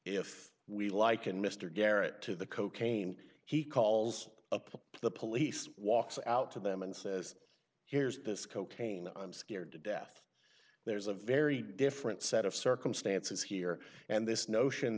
if we liken mr garrett to the cocaine he calls up the police walks out to them and says here's this cocaine i'm scared to death there's a very different set of circumstances here and this notion